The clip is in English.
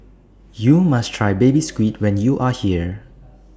YOU must Try Baby Squid when YOU Are here